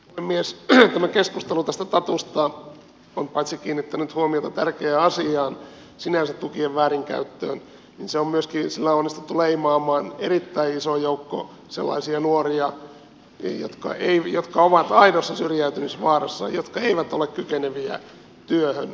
tämä keskustelu tästä tatusta on paitsi kiinnittänyt huomiota tärkeään asiaan tukien väärinkäyttöön sinänsä sillä on myöskin onnistuttu leimaamaan erittäin iso joukko sellaisia nuoria jotka ovat aidossa syrjäytymisvaarassa ja jotka eivät ole kykeneviä työhön